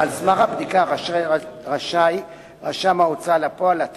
על סמך הבדיקה רשם ההוצאה לפועל רשאי